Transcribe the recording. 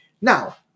Now